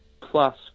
plus